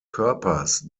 körpers